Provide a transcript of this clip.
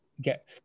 get